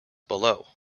below